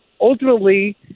ultimately